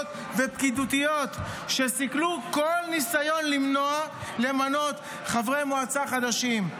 ופקידותיות שסיכלו כל ניסיון למנות חברי מועצה חודשים,